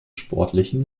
sportlichen